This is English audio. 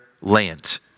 land